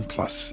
Plus